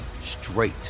straight